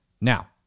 Now